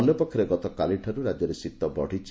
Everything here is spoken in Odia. ଅନ୍ୟପକ୍ଷରେ ଗତକାଲିଠାରୁ ରାକ୍ୟରେ ଶୀତ ବଢ଼ିଛି